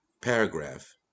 paragraph